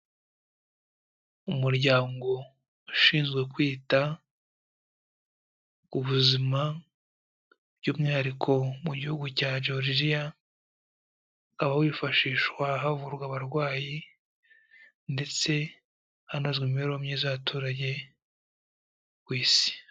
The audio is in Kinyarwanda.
Umuryango ushinzwe kwita ku buzima, by'umwihariko mu gihugu cya Georgia, aho wifashishwa havurwa abarwayi, ndetse hanozwa imibereho myiza y'abaturage ku isi.